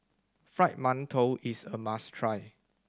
Fried Mantou is a must try